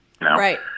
Right